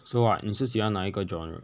so what 你是喜欢哪一个 genre